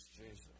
Jesus